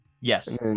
Yes